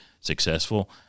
successful